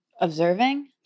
observing